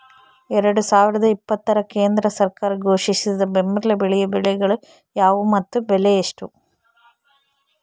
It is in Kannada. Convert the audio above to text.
ಎರಡು ಸಾವಿರದ ಇಪ್ಪತ್ತರ ಕೇಂದ್ರ ಸರ್ಕಾರ ಘೋಷಿಸಿದ ಬೆಂಬಲ ಬೆಲೆಯ ಬೆಳೆಗಳು ಯಾವುವು ಮತ್ತು ಬೆಲೆ ಎಷ್ಟು?